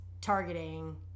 targeting